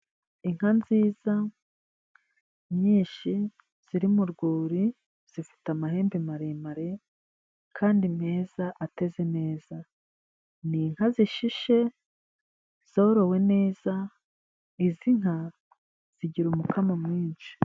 Inka nziza nyinshi ziri mu rwuri zifite amahembe maremare kandi meza ateze neza ni inka zishishe zorowe neza izi nka zigira umukamo mwinshi.